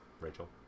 Rachel